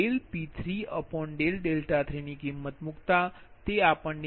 P23ની કિંમત મૂકતા તે 31